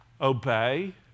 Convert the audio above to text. obey